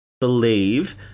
believe